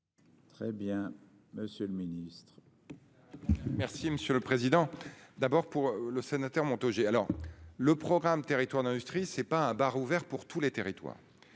Très bien. Monsieur le Ministre. Si Monsieur le Président. D'abord pour le sénateur Montaugé alors le programme territoires d'industrie c'est pas un bar ouvert pour tous les territoires.